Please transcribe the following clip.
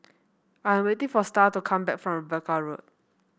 I am waiting for Starr to come back from Rebecca Road